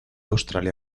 australia